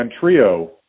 trio